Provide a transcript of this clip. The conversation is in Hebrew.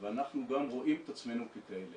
ואנחנו גם רואים את עצמנו ככאלה.